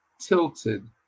tilted